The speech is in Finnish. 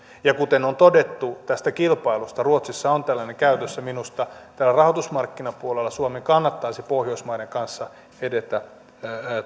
ja kuten on todettu tästä kilpailusta ruotsissa on tällainen käytössä minusta tällä rahoitusmarkkinapuolella suomen kannattaisi pohjoismaiden kanssa edetä